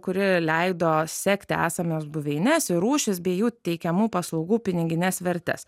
kuri leido sekti esamas buveines ir rūšis bei jų teikiamų paslaugų pinigines vertes